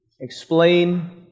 explain